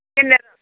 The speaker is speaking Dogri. किन्ने